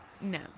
No